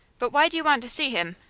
but why do you want to see him?